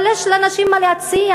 אבל יש לנשים מה להציע,